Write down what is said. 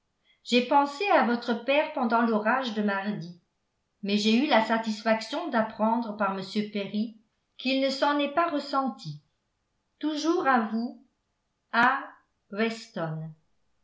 j'ai pensé à votre père pendant l'orage de mardi mais j'ai eu la satisfaction d'apprendre par m perry qu'il ne s'en est pas ressenti toujours à vous si